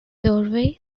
doorway